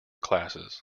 classes